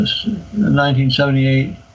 1978